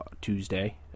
Tuesday